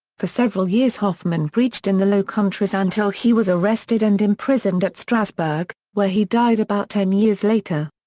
for several years hoffman preached in the low countries until he was arrested and imprisoned at strasbourg, where he died about ten years later.